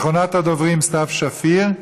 אחרונת הדוברים, סתיו שפיר,